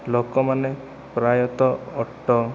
ଲୋକମାନେ ପ୍ରାୟତଃ ଅଟୋ